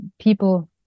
people